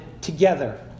together